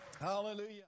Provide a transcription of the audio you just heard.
Hallelujah